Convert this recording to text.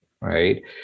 right